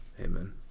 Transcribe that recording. amen